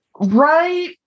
Right